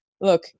look